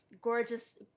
gorgeous